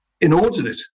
inordinate